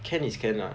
can is can lah